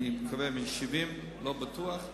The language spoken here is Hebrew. אני מקווה מגיל 70, לא בטוח.